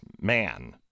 man